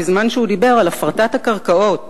בזמן שהוא דיבר נזכרתי בהפרטת הקרקעות